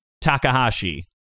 Takahashi